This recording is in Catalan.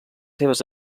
seves